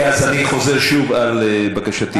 אז אני חוזר שוב על בקשתי,